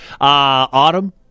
Autumn